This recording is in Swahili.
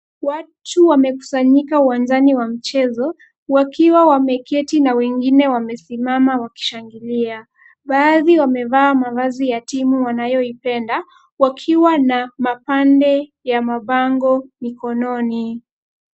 Watu wamekusanyika uwanjani wa mchezo wakiwa wameketi na wengine wamesimama wakishangilia. Baadhi wamevaa mavazi ya timu wanayoipenda wakiwa na mapande ya mabango mikononi.